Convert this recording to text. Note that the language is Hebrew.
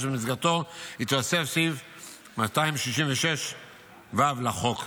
ושבמסגרתו התווסף סעיף 266ו לחוק.